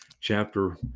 chapter